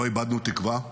לא איבדנו תקווה,